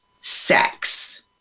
sex